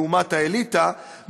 לעומת האליטה,